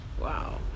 Wow